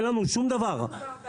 אין לנו שום דבר כלפי